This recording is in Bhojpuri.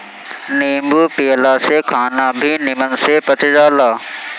नींबू पियला से खाना भी निमन से पच जाला